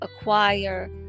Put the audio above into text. acquire